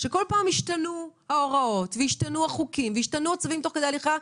שכל פעם השתנו ההוראות והשתנו החוקים והשתנו הצווים תוך כדי הליכה,